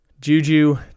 Juju